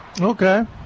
okay